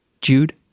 Jude